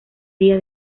día